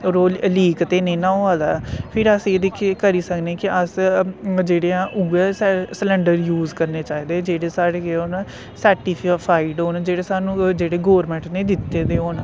और ओह् लीक ते नी ना होआ दा फिर अस एह् दिक्खी करी सकने कि अस जेह्ड़े आं उऐ सिलेंडर यूज करने चाहिदे जेह्ड़े स्हाड़े के न सर्टिफाइड होन जेह्ड़े स्हानू जेह्ड़े गौरमैंट ने दित्ते दे होन